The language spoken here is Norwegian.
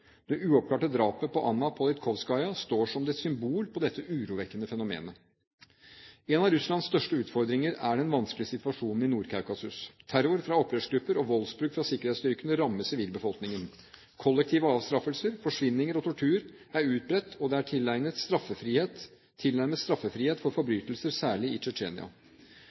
Det uoppklarte drapet på Anna Politkovskaja står som et symbol på dette urovekkende fenomenet. En av Russlands største utfordringer er den vanskelige situasjonen i Nord-Kaukasus. Terror fra opprørsgrupper og voldsbruk fra sikkerhetsstyrkene rammer sivilbefolkningen. Kollektive avstraffelser, forsvinninger og tortur er utbredt, og det er tilnærmet straffefrihet for forbrytelser, særlig i